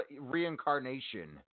reincarnation